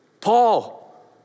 Paul